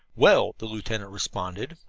well, the lieutenant responded,